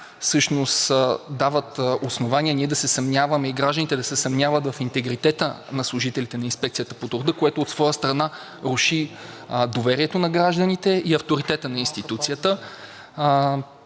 всъщност дават основание ние и гражданите да се съмняваме в интегритета на служителите на Инспекцията по труда, което от своя страна руши доверието на гражданите и авторитета на институцията.